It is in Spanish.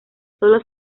sólo